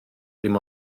dim